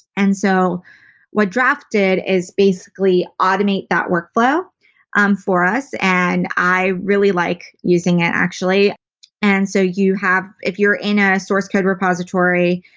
and so what draft did is basically automate that workflow um for us and i really like using it actually and so you have, if you're in a source code repository,